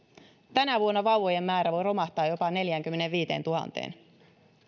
tänä vuonna vauvojen määrä voi romahtaa jopa neljäänkymmeneenviiteentuhanteen